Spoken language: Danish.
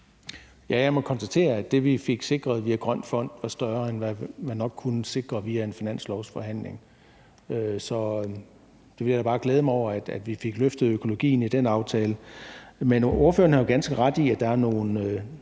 Jeg må konstatere, at det, vi fik sikret via Grøn Fond, var større, end hvad man nok kunne sikre via en finanslovsforhandling. Så jeg vil da bare glæde mig over, at vi fik løftet økologien i den aftale. Men ordføreren har jo ganske ret i, at der er nogle